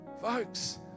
Folks